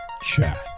Chat